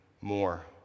more